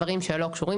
דברים שלא קשורים,